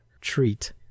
Treat